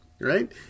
right